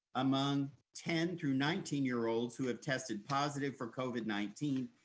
among ten through nineteen year olds who have tested positive for covid nineteen,